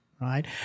right